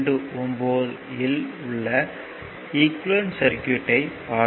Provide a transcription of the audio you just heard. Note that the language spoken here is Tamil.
29 இல் உள்ள ஈக்குவேலன்ட் சர்க்யூட்யைப் பார்ப்போம்